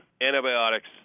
antibiotics